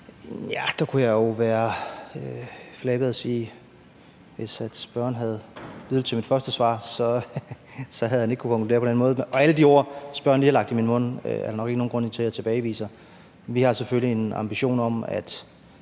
Der kunne jeg jo være flabet og sige, at hvis spørgeren havde lyttet til mit første svar, havde han ikke kunnet konkludere på den måde. Alle de ord, spørgeren lige har lagt i min mund, er der nok ikke nogen grund til at jeg tilbageviser. Vi har selvfølgelig en ambition om, at